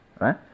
right